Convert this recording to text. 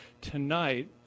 tonight